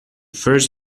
first